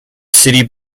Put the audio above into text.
city